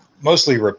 mostly